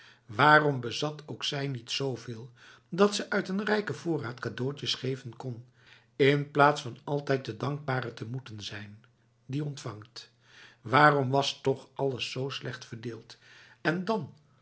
waarom bezat ook zij niet zoveel dat ze uit een rijke voorraad cadeautjes geven kon in plaats van altijd de dankbare te moeten zijn die ontvangt waarom was toch alles zo slecht verdeeld en dan